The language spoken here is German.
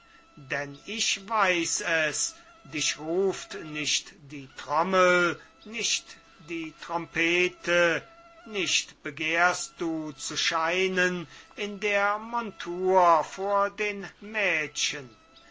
denn ich weiß es dich ruft nicht die trommel nicht die trompete nicht begehrst du zu scheinen in der montur vor den mädchen